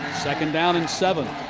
second down and seven.